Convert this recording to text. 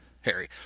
Harry